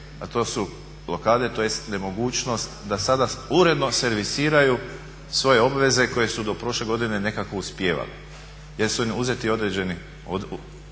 a to su blokade, tj. nemogućnost da sada uredno servisiraju svoje obveze koje su do prošle godine nekako uspijevale jer su im uzeti određeni,